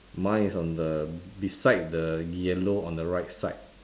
mine is on the beside the yellow on the right side